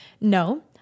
no